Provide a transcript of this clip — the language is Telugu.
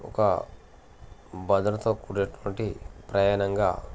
ఒక భద్రతో కూడినటువంటి ప్రయాణంగా